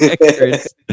records